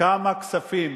כמה כספים